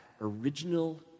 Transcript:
original